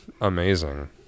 amazing